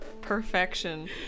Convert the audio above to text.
Perfection